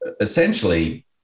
essentially